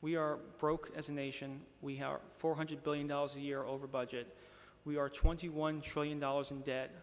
we are broke as a nation we have four hundred billion dollars a year over budget we are twenty one trillion dollars in debt